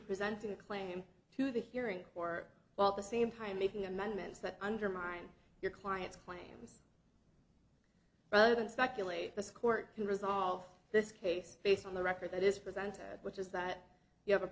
presenting a claim to the hearing or while at the same time making amendments that undermine your client's claims rather than speculate this court can resolve this case based on the record that is presented which is that you have a